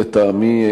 לטעמי,